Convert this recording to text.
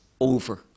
over